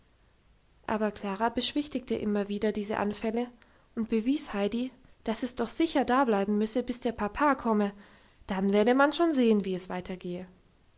aber klara beschwichtigte immer wieder diese anfälle und bewies heidi dass es doch sicher dableiben müsse bis der papa komme dann werde man schon sehen wie es weitergehe